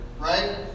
right